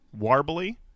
warbly